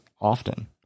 often